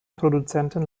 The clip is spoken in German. produzenten